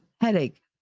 headache